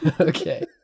Okay